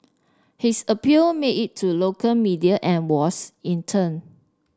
his appeal made it to local media and was in turn